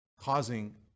causing